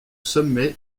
sommet